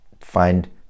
find